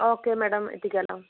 okay madam എത്തിക്കാമല്ലോ